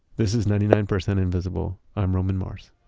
this is ninety nine percent invisible. i'm roman mars